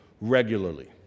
regularly